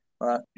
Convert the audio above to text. Right